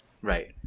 Right